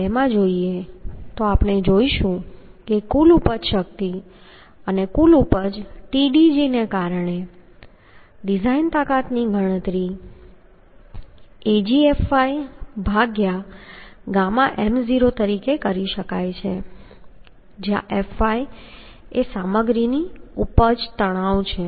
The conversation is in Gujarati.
2 જોઈએ તો આપણે જોઈશું કે કુલ ઉપજ શક્તિ અને કુલ ઉપજ Tdg ને કારણે ડિઝાઈન તાકાતની ગણતરી AgfyƔm0તરીકે કરી શકાય છે જ્યાં fy એ સામગ્રી ની ઉપજ તણાવ છે